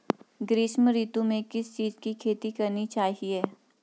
ग्रीष्म ऋतु में किस चीज़ की खेती करनी चाहिये?